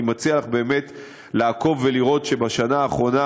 אני מציע לך באמת לעקוב ולראות שבשנה האחרונה